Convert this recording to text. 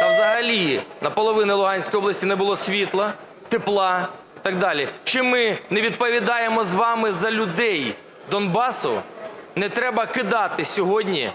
та взагалі на половині Луганської області не було світла, тепла і так далі. Чи ми не відповідаємо з вами за людей Донбасу? Не треба кидати сьогодні